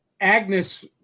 Agnes